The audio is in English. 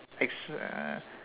ex